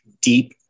deep